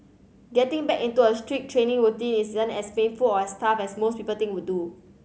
getting back into a strict training routine isn't as painful or as tough as most people would do